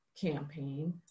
campaign